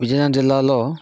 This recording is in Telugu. విజయనగరం జిల్లాలో